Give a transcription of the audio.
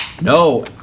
No